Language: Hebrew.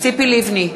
ציפי לבני,